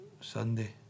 Sunday